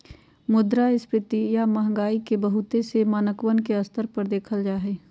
मुद्रास्फीती या महंगाई के बहुत से मानकवन के स्तर पर देखल जाहई